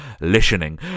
listening